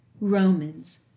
Romans